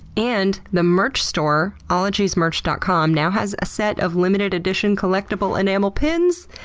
and the merch store ologiesmerch dot com now has a set of limited-edition collectible enamel pins.